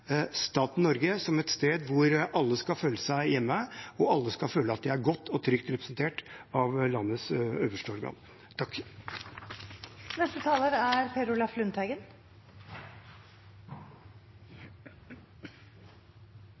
staten Norge som et sted hvor alle skal føle seg hjemme, og at alle skal føle at de er godt og trygt representert av landets øverste organ.